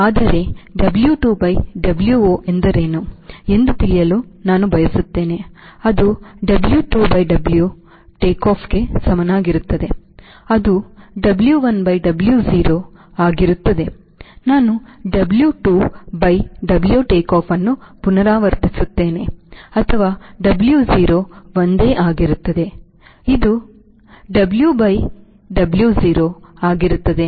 ಆದರೆ W2 by Wo ಎಂದರೇನು ಎಂದು ತಿಳಿಯಲು ನಾನು ಬಯಸುತ್ತೇನೆ ಅದು W2W takeoff ಗೆ ಸಮನಾಗಿರುತ್ತದೆ ಅದು W1Wo ಆಗಿರುತ್ತದೆ ನಾನು W2 by W takeoff ಅನ್ನು ಪುನರಾವರ್ತಿಸುತ್ತೇನೆ ಅಥವಾ Wo ಒಂದೇ ಆಗಿರುತ್ತದೆ